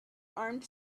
armed